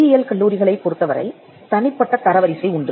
பொறியியல் கல்லூரிகளைப் பொருத்தவரை தனிப்பட்ட தரவரிசை உண்டு